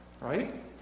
right